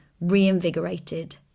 reinvigorated